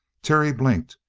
terry blinked.